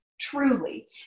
truly